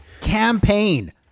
campaign